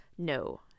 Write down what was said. No